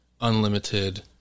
unlimited